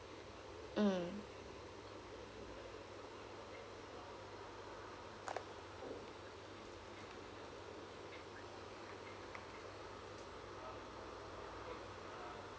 mm